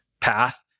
path